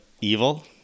evil